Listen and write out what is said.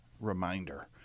reminder